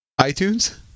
itunes